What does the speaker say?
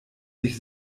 sich